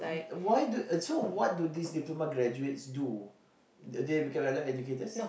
why do uh so what do this diploma graduates do they become allied educators